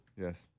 Yes